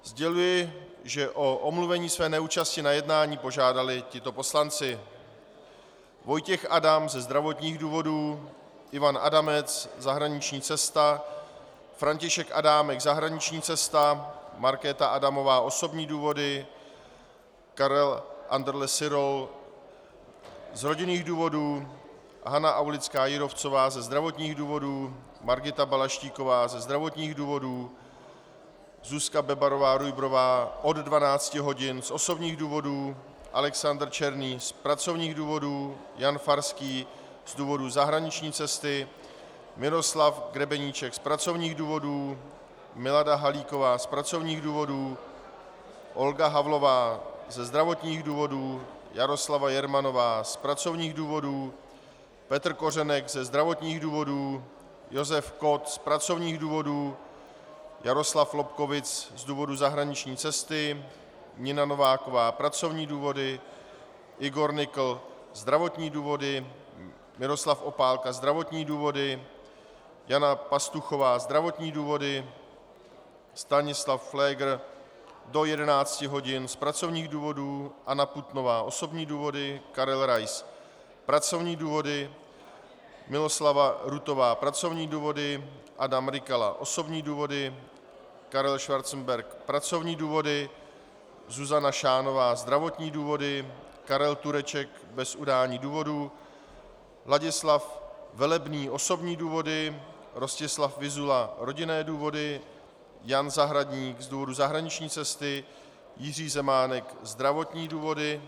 Sděluji, že o omluvení své neúčasti na jednání požádali tito poslanci: Vojtěch Adam ze zdravotních důvodů, Ivan Adamec zahraniční cesta, František Adámek zahraniční cesta, Markéta Adamová osobní důvody, Karel Andrle Sylor z rodinných důvodů, Hana Aulická Jírovcová ze zdravotních důvodů, Margita Balaštíková ze zdravotních důvodů, Zuzka Bebarová Rujbrová od 12 hodin z osobních důvodů, Alexander Černý z pracovních důvodů, Jan Farský z důvodu zahraniční cesty, Miroslav Grebeníček z pracovních důvodů, Milada Halíková z pracovních důvodů, Olga Havlová ze zdravotních důvodů, Jaroslava Jermanová z pracovních důvodů, Petr Kořenek ze zdravotních důvodů, Josef Kott z pracovních důvodů, Jaroslav Lobkowicz z důvodu zahraniční cesty, Nina Nováková pracovní důvody, Igor Nykl zdravotní důvody, Miroslav Opálka zdravotní důvody, Jana Pastuchová zdravotní důvody, Stanislav Pfléger do 11 hodin z pracovních důvodů, Anna Putnová osobní důvody, Karel Rais pracovní důvody, Miloslava Rutová pracovní důvody, Adam Rykala osobní důvody, Karel Schwarzenberg pracovní důvody, Zuzana Šánová zdravotní důvody, Karel Tureček bez udání důvodu, Ladislav Velebný osobní důvody, Rostislav Vyzula rodinné důvody, Jan Zahradník z důvodu zahraniční cesty, Jiří Zemánek zdravotní důvody.